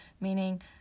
meaning